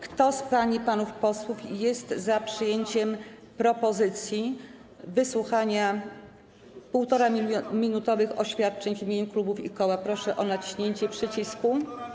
Kto z pań i panów posłów jest za przyjęciem propozycji wysłuchania 1,5-minutowych oświadczeń w imieniu klubów i koła, proszę o naciśnięcie przycisku.